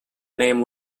name